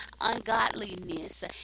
ungodliness